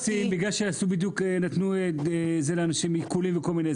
עומסים כי אם למשל הטילו עיקולים על חשבונות